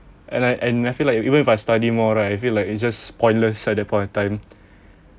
and I and I feel like if even if I study more right I feel like it's just pointless at that point of time